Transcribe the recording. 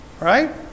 Right